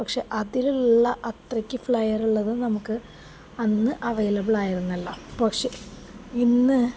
പക്ഷെ അതിലുള്ളത്രയ്ക്ക് ഫ്ലെയറുള്ളത് നമുക്കന്ന് അവൈലബിളായിരുന്നില്ല പക്ഷേ ഇന്ന്